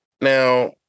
Now